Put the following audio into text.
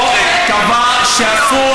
הוא אמר,